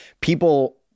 people